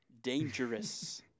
Dangerous